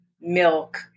milk